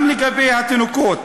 גם לגבי התינוקות,